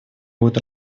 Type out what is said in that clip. будет